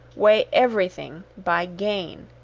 weigh everything by gain